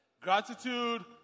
gratitude